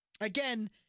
Again